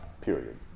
period